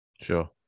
sure